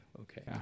okay